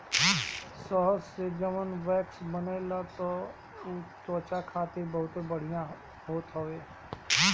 शहद से जवन वैक्स बनेला उ त्वचा खातिर बहुते बढ़िया रहत हवे